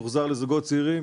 הוחזר לזוגות צעירים?